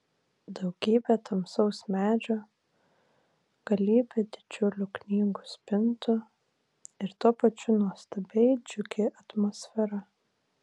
daugybė tamsaus medžio galybė didžiulių knygų spintų ir tuo pačiu nuostabiai džiugi atmosfera